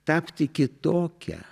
tapti kitokia